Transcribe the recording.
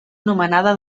anomenada